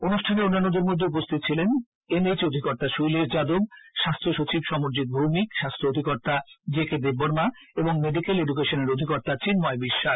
অনুষ্ঠানে অন্যান্যদের এনএইচঅধিকর্তা শৈলেশ যাদব স্বাস্থ্য সচিব সমরজিৎ ভৌমিক স্বাস্থ্য অধিকর্তা জেকে দেববর্মা এবং মেডিক্যাল এডুকেশন এর অধিকর্তা চিন্ময় বিশ্বাস